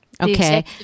Okay